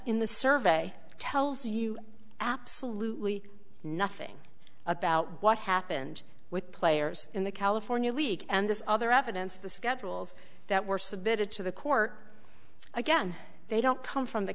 in the survey tells you absolutely nothing about what happened with players in the california league and this other evidence the schedules that were submitted to the court again they don't come from the